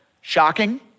Shocking